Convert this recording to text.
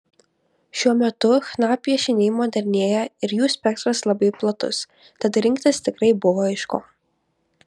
šiuo metu chna piešiniai modernėja ir jų spektras labai platus tad rinktis tikrai buvo iš ko